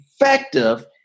effective